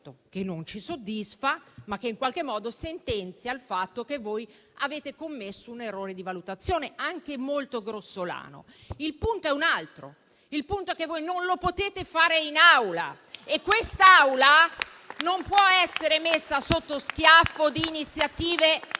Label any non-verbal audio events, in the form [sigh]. che non ci soddisfa, ma in qualche modo sentenzia il fatto che voi avete commesso un errore di valutazione, anche molto grossolano. Il punto è un altro: voi non lo potete fare in Aula [applause] e quest'Aula non può essere messa sotto schiaffo di iniziative